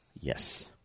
Yes